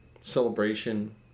celebration